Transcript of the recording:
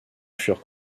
furent